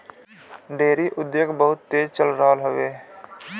dairy उद्योग बहुत तेज चल रहल हउवे